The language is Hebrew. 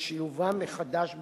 ולשילובן מחדש בקהילה,